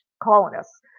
colonists